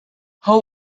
how